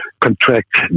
contract